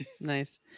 Nice